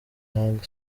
hugh